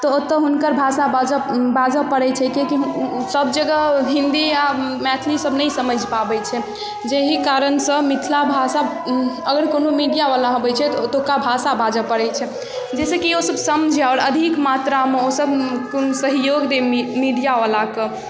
तऽ ओतऽ हुनकर भाषा बाजऽ बाजऽ पड़ै छै किएककि सब जगह ओ हिन्दी या मैथिली सब नहि समझि पाबै छै जहि कारणसँ मिथिला भाषा अगर कोनो मीडियावला आबै छै तऽ ओतुका भाषा बाजऽ पड़ै छै जै सँ कि ओ सब समझै आओर अधिक मात्रामे ओ सब कोनो सहयोग दै मीडियावला के